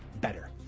better